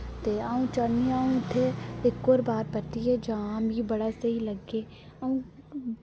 ते अ'ऊं चाह्न्नीं अ'ऊं उत्थै इक और बार परतियै जां मिकी बड़ा स्हेई लग्गेआ अ'ऊं